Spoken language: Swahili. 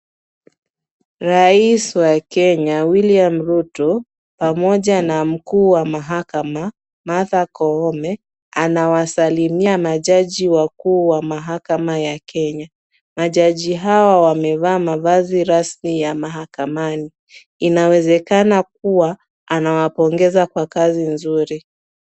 Rais wa Kenya William Ruto pamoja na mkuu wa mahakama Martha Koome, anawasalimia majaji wakuu wa mahakama ya Kenya. Majaji hawa wamevaa mavazi rasmi ya mahakamani. Inawezekana kuwa anawapongeza kwa kazi nzuri.